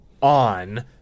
on